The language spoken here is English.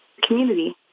community